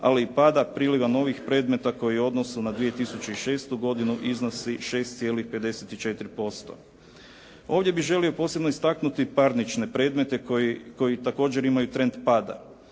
ali i pada priliva novih predmeta koji su odnosu na 2006. godinu iznosi 6,54%. Ovdje bih želio posebno istaknuti parnične predmeta koji također imaju trend pada.